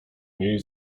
niej